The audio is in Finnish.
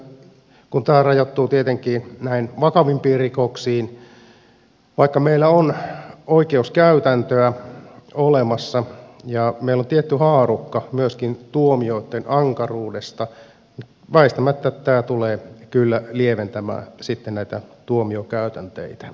käytännöllisesti katsoen kun tämä rajoittuu tietenkin näihin vakavimpiin rikoksiin vaikka meillä on oikeuskäytäntöä olemassa ja meillä on tietty haarukka myöskin tuomioitten ankaruudesta väistämättä tämä tulee kyllä lieventämään sitten näitä tuomiokäytänteitä